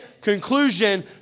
conclusion